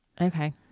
Okay